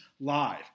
live